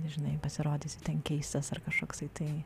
žinai pasirodysi keistas ar kažkoksai tai